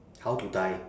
how to die